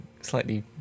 slightly